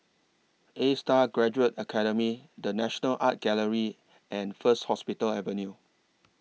A STAR Graduate Academy The National Art Gallery and First Hospital Avenue